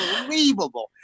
unbelievable